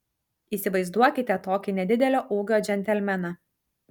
įsivaizduokite tokį nedidelio ūgio džentelmeną